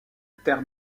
terre